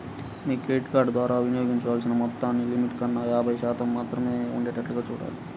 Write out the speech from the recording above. మీ credit card ద్వారా వినియోగించాల్సిన మొత్తాన్ని లిమిట్ కన్నా యాభై శాతం మాత్రమే ఉండేటట్లుగా చూడాలి